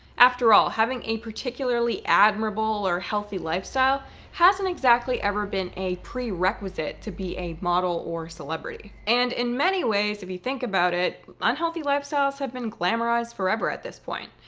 after all, having a particularly admirable or healthy lifestyle hasn't exactly ever been a prerequisite to be a model or celebrity. and in many ways if you think about it, unhealthy lifestyles have been glamorized forever at this point.